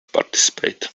participate